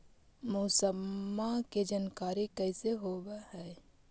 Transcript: मौसमा के जानकारी कैसे होब है?